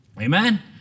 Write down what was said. Amen